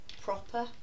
proper